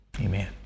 Amen